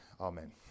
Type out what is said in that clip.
amen